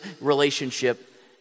relationship